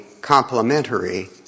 complementary